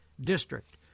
District